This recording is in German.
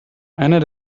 einer